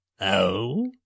Oh